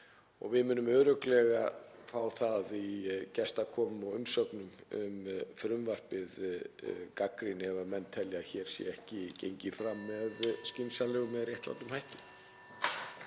Við munum örugglega fá í gestakomum og umsögnum um frumvarpið gagnrýni ef menn telja að hér sé ekki gengið fram með skynsamlegum og réttlátum hætti.